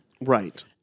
Right